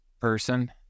person